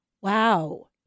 Wow